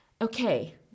Okay